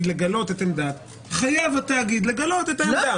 לגלות את עמדת - חייב התאגיד לגלות את העמדה.